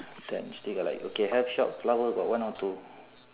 ten still got like okay health shop flower got one or two